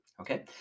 Okay